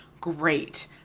great